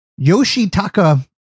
Yoshitaka